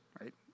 right